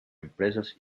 empresas